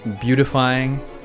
beautifying